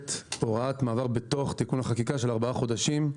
כוללת הוראת מעבר בתוך תיקון החקיקה של ארבעה חודשים,